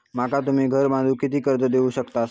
माका तुम्ही घर बांधूक किती कर्ज देवू शकतास?